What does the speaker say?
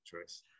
choice